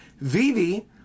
Vivi